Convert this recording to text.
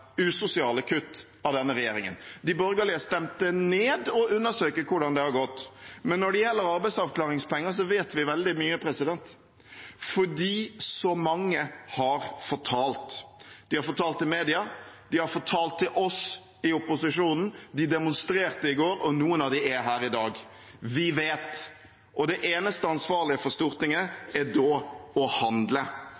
usosiale kutt av denne regjeringen. De borgerlige stemte ned å undersøke hvordan det har gått. Men når det gjelder arbeidsavklaringspenger, vet vi veldig mye, fordi så mange har fortalt. De har fortalt til mediene, de har fortalt til oss i opposisjonen, de demonstrerte i går, og noen av dem er her i dag. Vi vet, og det eneste ansvarlige for Stortinget